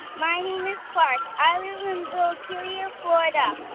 my name is clark. i live in bokeelia, fla. and